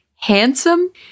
Handsome